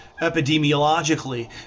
epidemiologically